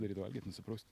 daryt valgyt nusipraust